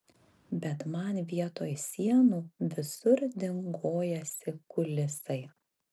bet man vietoj sienų visur dingojasi kulisai